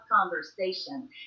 conversation